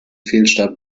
fehlstart